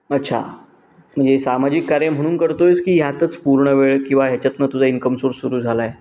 अच्छा म्हणजे सामाजिक कार्य म्हणून करतो आहेस की ह्यातच पूर्ण वेळ किंवा ह्याच्यातून तुझा इन्कम सोर्स सुरू झाला आहे